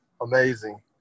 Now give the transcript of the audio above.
amazing